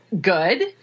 good